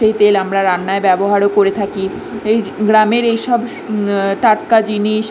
সেই তেল আমরা রান্নায় ব্যবহারও করে থাকি এই জ গ্রামের এই সব টাটকা জিনিস